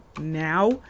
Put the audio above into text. now